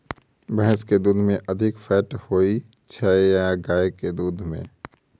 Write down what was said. भैंस केँ दुध मे अधिक फैट होइ छैय या गाय केँ दुध में?